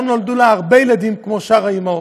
לא נולדו לה הרבה ילדים כמו שאר האימהות,